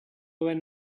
when